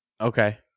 Okay